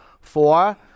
Four